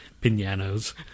Pianos